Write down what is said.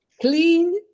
clean